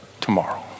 tomorrow